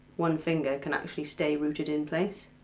one finger can actually stay rooted in place.